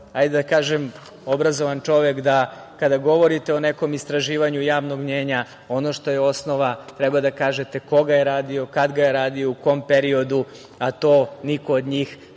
hajde da kažem, kao obrazovan čovek da kada govorite o nekom istraživanju javnog mnjenja, ono što je osnova treba da kažete ko ga je radio, kad ga je radio, u kom periodu, a to niko od njih